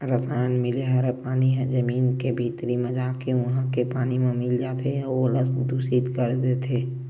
रसायन मिले हरय पानी ह जमीन के भीतरी म जाके उहा के पानी म मिल जाथे अउ ओला दुसित कर देथे